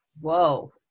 whoa